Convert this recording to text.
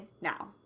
now